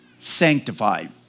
sanctified